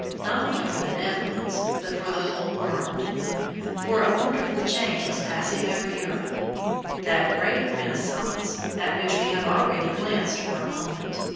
not only for the netherlands, but for the whole world for a wonderful change was passing over europe that great renaissance, at which we have already glanced for a moment.